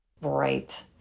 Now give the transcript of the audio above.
Right